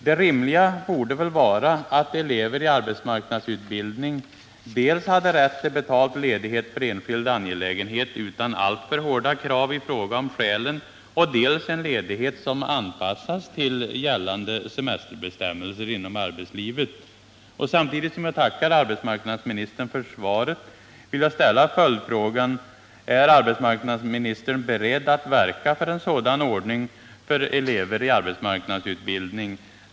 Det rimliga borde väl vara att elever i arbetsmarknadsutbildning hade rätt dels till betald ledighet för enskild angelägenhet — utan alltför hårda krav i fråga om skälen — dels till en ledighet som anpassats till gällande semesterbestämmelser inom arbetslivet. Samtidigt som jag tackar arbetsmarknadsministern för svaret vill jag ställa följdfrågan: Är arbetsmarknadsministern beredd att verka för en sådan ordning för elever i arbetsmarknadsutbildning?